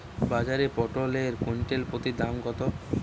বাজারে পটল এর কুইন্টাল প্রতি দাম কত?